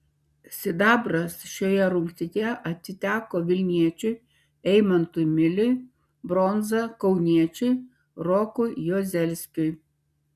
sidabras šioje rungtyje atiteko vilniečiui eimantui miliui bronza kauniečiui rokui juozelskiui